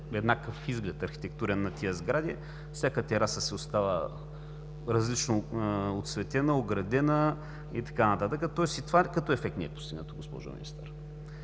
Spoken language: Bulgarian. еднакъв архитектурен изглед на тези сгради. Всяка тераса си остава различно оцветена, оградена и така нататък, тоест и това като ефект не е постигнато, госпожо Министър.